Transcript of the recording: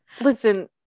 Listen